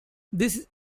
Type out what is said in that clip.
this